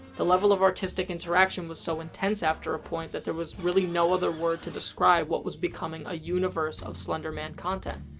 the level of artistic interaction was so intense after a point that there was really no other word to describe what was becoming a universe of slender man content.